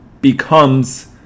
becomes